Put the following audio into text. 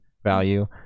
value